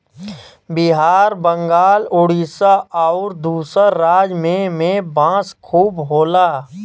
बिहार बंगाल उड़ीसा आउर दूसर राज में में बांस खूब होला